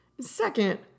Second